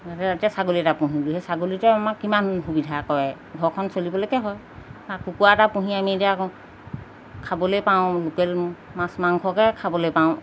তাতে এতিয়া ছাগলী এটা পুহিলোঁ সেই ছাগলীটোৱে আমাক কিমান সুবিধা কযৰে ঘৰখন চলিবলৈকে হয় বা কুকুৰা এটা পুহি আমি এতিয়া আকৌ খাবলৈ পাওঁ লোকেল মাছ মাংসকে খাবলৈ পাওঁ